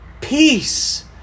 Peace